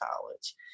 College